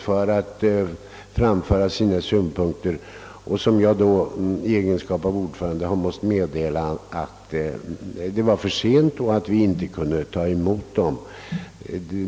Jag har haft att meddela dem att det var för sent och att vi inte kunde ta emot dem.